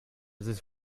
this